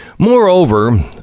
Moreover